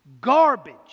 Garbage